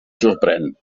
sorprèn